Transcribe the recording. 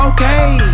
Okay